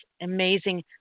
amazing